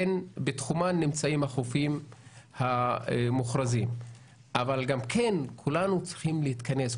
בתחומן נמצאים החופים המוכרזים אבל גם כן כולנו צריכים להתכנס,